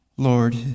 Lord